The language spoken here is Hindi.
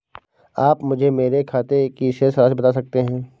आप मुझे मेरे खाते की शेष राशि बता सकते हैं?